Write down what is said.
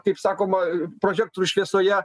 kaip sakoma prožektorių šviesoje